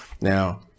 now